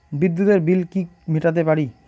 বিদ্যুতের বিল কি মেটাতে পারি?